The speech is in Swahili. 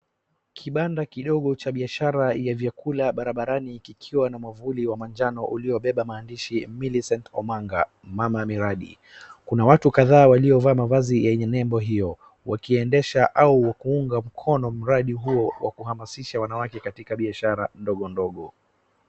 Kibanda kidogo cha biashara ya vyakula barabarani kikiwa na mwavuli wa manjano uliobeba maandishi Millicent Omanga, mama miradi. Kuna watu kadhaa waliovaa mavazi yenye nembo hiyo wakiendesha au kuunga mkono mradi huo wa kuhamasisha wanawake katika biashara ndogondogo.